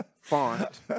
font